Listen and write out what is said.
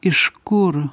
iš kur